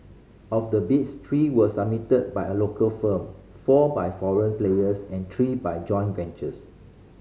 of the bids three were submitted by a local firm four by foreign players and three by joint ventures